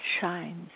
shines